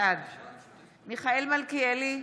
בעד מיכאל מלכיאלי,